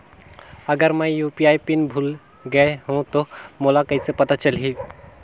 अगर मैं UPI PIN भुल गये हो तो मोला कइसे पता चलही?